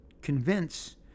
convince